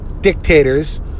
dictators